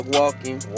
walking